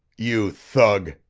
you thug!